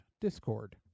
discord